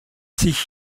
sich